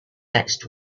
next